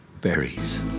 Berries